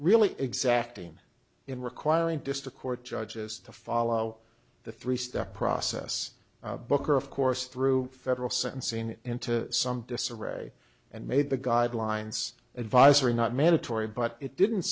really exacting in requiring district court judges to follow the three step process booker of course through federal sentencing into some disarray and made the guidelines advisory not mandatory but it didn't